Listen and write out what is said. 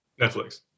Netflix